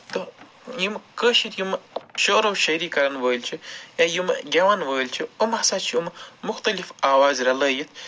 تہٕ یِم کٲشِر یِم شعرو شٲعری کَرن وٲلۍ چھِ یا یِم گٮ۪وَن وٲلۍ چھِ یِم ہسا چھِ یِم مُختٔلِف آوازٕ رَلٲوِتھ